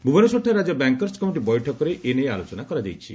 ଭୁବନେଶ୍ୱରଠାରେ ରାକ୍ୟ bankers committee ବୈଠକରେ ଏ ନେଇ ଆଲୋଚନା କରାଯାଇଛି